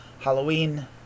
Halloween